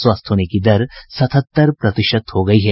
स्वस्थ होने की दर सतहत्तर प्रतिशत हो गयी है